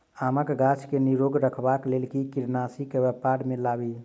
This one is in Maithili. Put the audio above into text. आमक गाछ केँ निरोग रखबाक लेल केँ कीड़ानासी केँ व्यवहार मे लाबी?